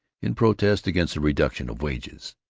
in protest against a reduction of wages.